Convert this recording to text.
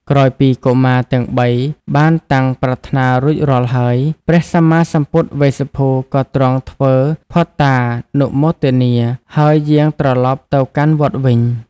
ក្រោយពីកុមារទាំងបីនាក់បានតាំងប្រាថ្នារួចរាល់ហើយ ព្រះសម្មាសម្ពុទ្ធវេស្សភូ ក៏ទ្រង់ធ្វើភត្តានុមោទនា ហើយយាងត្រឡប់ទៅកាន់វត្តវិញ។